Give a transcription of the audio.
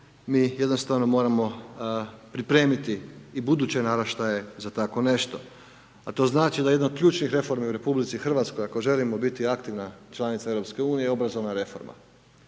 mi jednostavno moramo pripremiti i buduće naraštaje za tako nešto. A to znači da jedna od ključnih reforma u RH, ako želimo biti aktivna članica EU, obrazovna reforma.